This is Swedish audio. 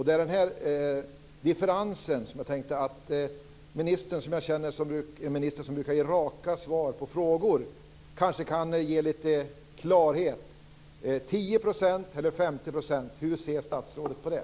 Det är denna differens som jag tänkte att ministern, som jag känner som en minister som brukar ge raka svar på frågor, kan ge lite klarhet omkring. Är det 10 % eller 50 %? Hur ser statsrådet på det?